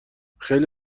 خیلی